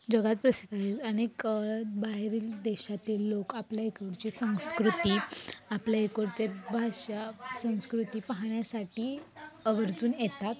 जगात प्रसिद्ध आहेत अनेक बाहेरील देशातील लोक आपल्या इकडचे संस्कृती आपल्या इकडचे भाषा संस्कृती पाहण्यासाठी आवर्जून येतात